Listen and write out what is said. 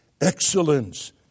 excellence